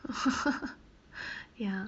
呵呵 ya